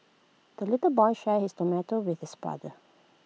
the little boy shared his tomato with his brother